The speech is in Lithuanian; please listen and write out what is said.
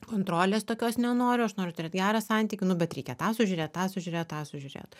kontrolės tokios nenoriu aš noriu turėt gerą santykį nu bet reikia tą sužiūrėt tą sužiūrėt tą sužiūrėt